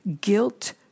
guilt